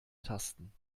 tasten